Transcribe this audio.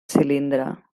cilindre